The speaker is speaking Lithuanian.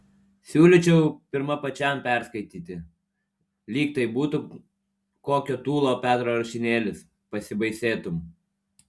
siūlyčiau pirma pačiam perskaityti lyg tai būtų kokio tūlo petro rašinėlis pasibaisėtum